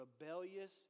rebellious